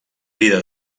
vida